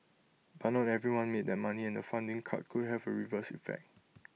but not everyone made that money and the funding cut could have A reverse effect